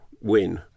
win